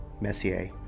Messier